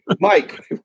Mike